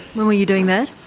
when were you doing that?